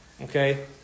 okay